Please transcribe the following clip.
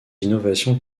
innovations